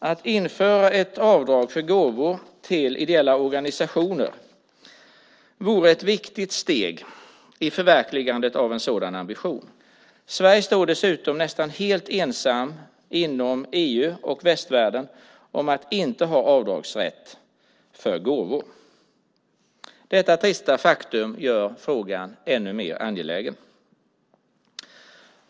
Att införa ett avdrag för gåvor till ideella organisationer vore ett viktigt steg i förverkligandet av en sådan ambition. Sverige är dessutom nästan helt ensamt inom EU och västvärlden om att inte ha avdragsrätt för gåvor. Detta trista faktum gör frågan ännu mer angelägen.